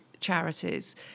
Charities